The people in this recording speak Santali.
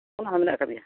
ᱚᱱᱟ ᱦᱚᱸ ᱢᱮᱱᱟᱜ ᱟᱠᱟᱫ ᱜᱮᱭᱟ